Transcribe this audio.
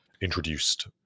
introduced